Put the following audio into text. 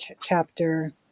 chapter